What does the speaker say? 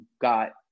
got